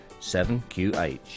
7QH